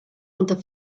unter